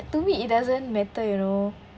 to me it doesn't matter you know